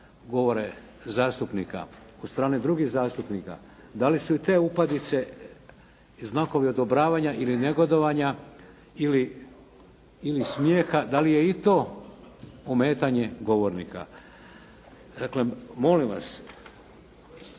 govore zastupnika od strane drugih zastupnika, dali su i te upadice znakovi odobravanja ili negodovanja ili smijeha, dali je i to ometanje govornika? Dakle, molim vas